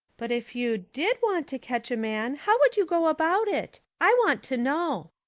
but if you did want to catch a man how would you go about it? i want to know,